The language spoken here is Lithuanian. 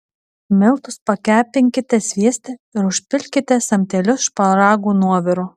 miltus pakepinkite svieste ir užpilkite samteliu šparagų nuoviru